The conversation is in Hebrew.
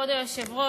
כבוד היושב-ראש,